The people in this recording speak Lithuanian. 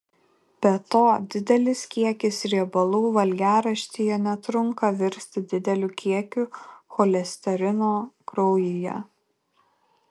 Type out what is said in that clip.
be to didelis kiekis riebalų valgiaraštyje netrunka virsti dideliu kiekiu cholesterino kraujyje